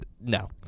no